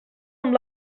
amb